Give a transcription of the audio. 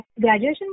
graduation